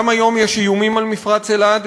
וגם היום יש איומים על מפרץ אילת.